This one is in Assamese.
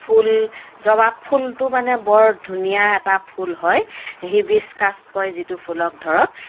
ফুল জবাব ফুলটো মানে বৰ ধুনীয়া এটা ফুল হয় হিবিস্কাচ কয় যিটো ফুলক ধৰক